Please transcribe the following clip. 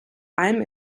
allem